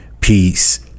peace